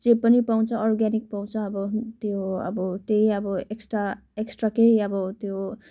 जे पनि पाउँछ अर्ग्यानिक पाउँछ अब त्यही अब त्यही अब एक्सट्रा एक्सट्रा केही अब त्यो